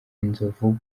inzovu